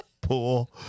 Pool